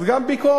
אז גם ביקורת,